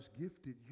gifted